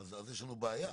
אז יש לנו בעיה.